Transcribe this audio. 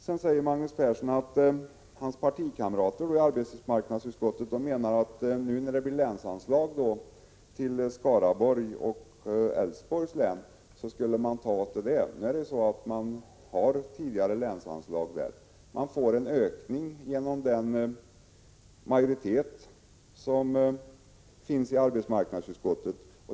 Sedan säger Magnus Persson att hans partikamrater i arbetsmarknadsutskottet menar att man nu när det blir länsanslag till Skaraborgs och Älvsborgs län skulle ta av de pengarna till Laxfond för Vänern. Men nu är förhållandet det att dessa län har länsanslag. De får en ökning tack vare den majoritet som finns i arbetsmarknadsutskottet.